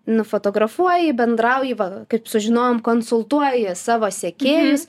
nufotografuoji bendrauji va kaip sužinojom konsultuoji savo sekėjus